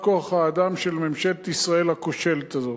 כוח-האדם של ממשלת ישראל הכושלת הזאת.